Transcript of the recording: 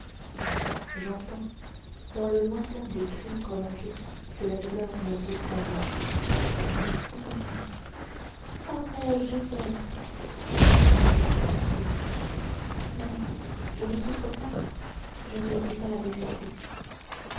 j'entends dans le lointain des cris prolongés de la douleur la plus poignante mon fils ah mère j'ai peur dis-moi vite si tu souffres mère je ne souffre pas je ne dis pas la vérité